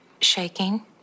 shaking